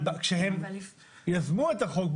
כשהם יזמו את החוק,